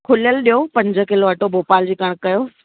खुलियल ॾिजो पंज किलो अटो भोपाल जी कणिक जो